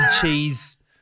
cheese